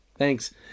thanks